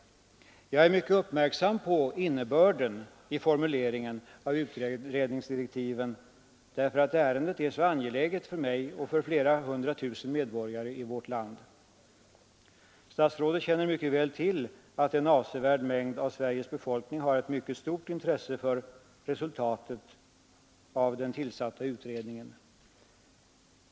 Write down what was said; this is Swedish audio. Jag är mycket uppmärksam på innebörden i formuleringen av utredningsdirektiven, därför att ärendet är så angeläget för mig och flera hundra tusen medborgare i vårt land. Statsrådet känner mycket väl till att en avsevärd mängd av Sveriges befolkning har ett mycket stort intresse för resultatet av den tillsatta utredningen.